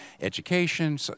education